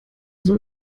soll